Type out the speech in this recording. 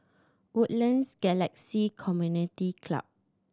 Woodlands Galaxy Community Club